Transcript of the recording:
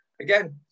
again